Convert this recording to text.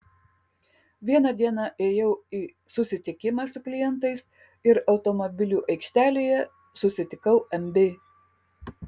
vieną dieną ėjau į susitikimą su klientais ir automobilių aikštelėje susitikau mb